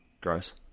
Gross